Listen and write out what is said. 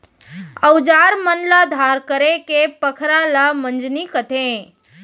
अउजार मन ल धार करेके पखरा ल मंजनी कथें